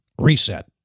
reset